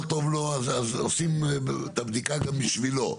טוב לו אז עושים את הבדיקה גם בשבילו.